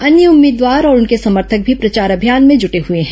अन्य उम्मीदवार और उनके समर्थक भी प्रचार अभियान में जुटे हुए हैं